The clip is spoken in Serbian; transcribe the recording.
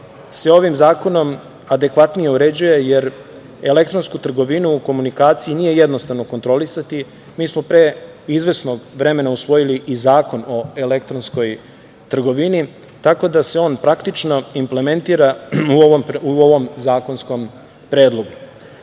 se ovim zakonom adekvatnije uređuje, jer elektronsku trgovinu u komunikaciji nije jednostavno kontrolisati. Mi smo pre izvesnog vremena usvojili i Zakon o elektronskoj trgovini, tako da se on praktično implementira u ovom zakonskom predlogu. Gotovo